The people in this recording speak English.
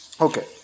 okay